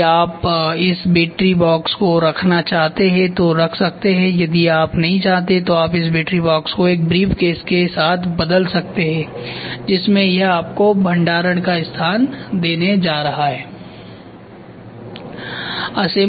यदि आप इस बैटरी बॉक्स को रखना चाहते हैं तो रख सकते हैं यदि आप नहीं चाहते हैं तो आप इस बैटरी बॉक्स को एक ब्रीफ़केस के साथ बदल सकते हैं जिसमें यह आपको भंडारण का स्थान देने जा रहा है